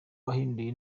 wahinduye